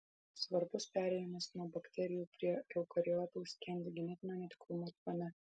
svarbus perėjimas nuo bakterijų prie eukariotų skendi genetinio netikrumo tvane